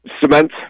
cement